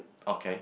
okay